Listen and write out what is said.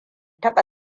taɓa